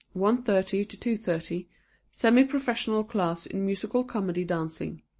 one thirty to two thirty semi-professional class in musical comedy dancing.